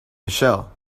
michelle